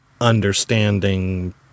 understanding